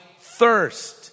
thirst